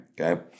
Okay